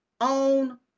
own